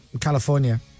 California